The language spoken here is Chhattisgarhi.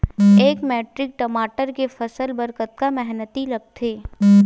एक मैट्रिक टमाटर के फसल बर कतका मेहनती लगथे?